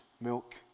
milk